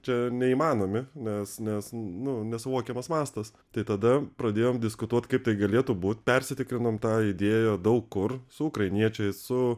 čia neįmanomi nes nes nu nesuvokiamas mastas tai tada pradėjom diskutuot kaip tai galėtų būt persitikrinom tą idėją daug kur su ukrainiečiais su